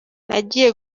nagiye